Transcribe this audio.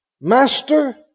Master